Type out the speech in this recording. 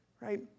right